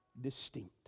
distinct